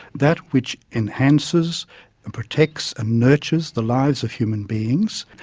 that which enhances and protects and nurtures the lives of human beings.